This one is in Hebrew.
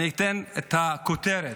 אני אתן את הכותרת,